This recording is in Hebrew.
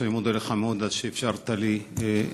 אני מודה לך מאוד על שאפשרת לי לשאול.